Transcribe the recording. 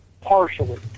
Partially